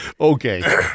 Okay